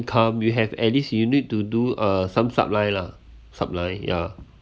income you have at least you need to do uh some sub line lah sub line ya